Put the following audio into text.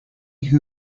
who